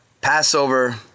Passover